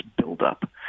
buildup